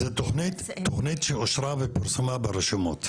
זה תוכנית שאושרה ופורסמה ברשומות.